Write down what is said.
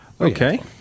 Okay